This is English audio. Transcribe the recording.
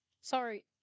sorry